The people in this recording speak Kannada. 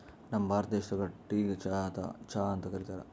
ನಮ್ ಭಾರತ ದೇಶದಾಗ್ ಟೀಗ್ ಚಾ ಅಥವಾ ಚಹಾ ಅಂತ್ ಕರಿತಾರ್